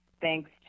thanks